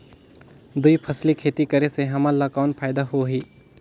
दुई फसली खेती करे से हमन ला कौन फायदा होही?